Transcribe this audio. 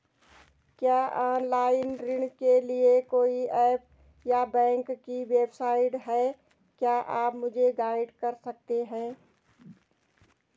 क्या ऑनलाइन ऋण के लिए कोई ऐप या बैंक की वेबसाइट है क्या आप मुझे गाइड कर सकते हैं?